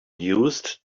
used